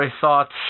thoughts